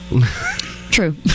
True